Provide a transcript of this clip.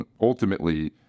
ultimately